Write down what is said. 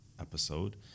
episode